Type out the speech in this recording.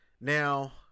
Now –